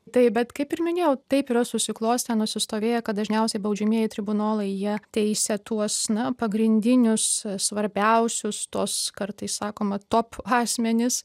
taip bet kaip ir minėjau taip yra susiklostę nusistovėję kad dažniausiai baudžiamieji tribunolai jie teisia tuos na pagrindinius svarbiausius tuos kartais sakoma top asmenis